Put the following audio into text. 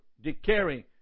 declaring